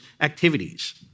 activities